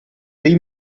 dei